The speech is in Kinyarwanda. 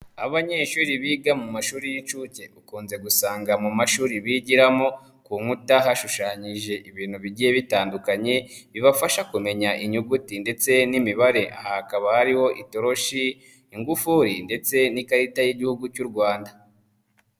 Abanyeshuri biga mu mashuri y'inshuke ukunze gusanga mu mashuri bigiramo ku nkuta hashushanyije ibintu bigiye bitandukanye bibafasha kumenya inyuguti ndetse n'imibare hakaba hariho itoroshi ingufuri ndetse n'ikarita y'igihugu cy'u rwanda.